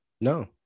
No